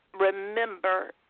remember